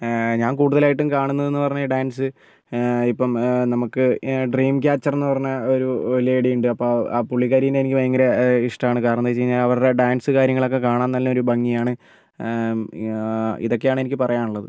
ഞാൻ കുടുതലായിട്ടും കാണുന്നു എന്ന് പറഞ്ഞാൽ ഡാൻസ് ഇപ്പം നമുക്ക് ഡ്രീം ക്യാച്ചർ എന്ന് പറയുന്ന ഒരു ലേഡി ഉണ്ട് അപ്പോൾ ആ പുള്ളിക്കാരീനെ എനിക്ക് ഭയങ്കര ഇഷ്ടമാണ് കാരണമെന്ന് വെച്ചാല് അവരുടെ ഡാൻസ് കാര്യങ്ങളൊക്കെ കാണാൻ നല്ല ഒരു ഭംഗിയാണ് ഇതൊക്കെയാണ് എനിക്ക് പറയാനുള്ളത്